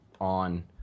on